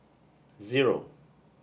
zero